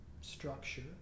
structure